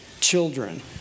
children